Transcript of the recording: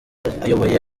ayoboye